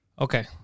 Okay